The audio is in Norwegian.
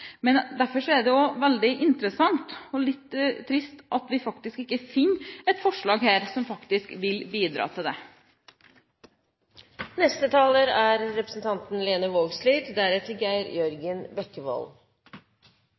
Derfor er det også veldig interessant og litt trist at vi faktisk ikke finner et forslag her som faktisk vil bidra til det. Representanten Håbrekke meiner at dei raud-grøne ikkje er